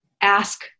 ask